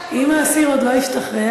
אם האסיר עוד לא השתחרר,